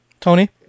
Tony